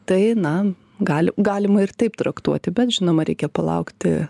tai na gali galima ir taip traktuoti bet žinoma reikia palaukti